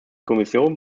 kommission